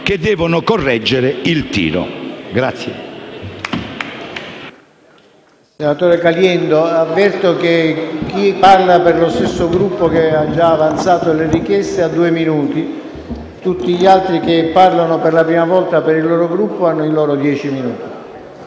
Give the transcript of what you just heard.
che devono correggere il tiro.